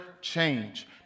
Change